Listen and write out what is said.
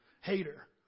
Hater